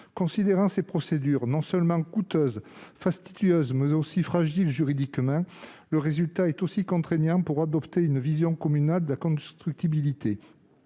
Considérant ces procédures non seulement coûteuses, fastidieuses, mais aussi fragiles juridiquement, le résultat est aussi contraignant pour adopter une vision communale de la constructibilité.